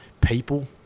people